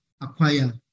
acquire